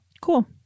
Cool